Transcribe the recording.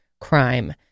crime